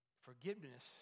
Forgiveness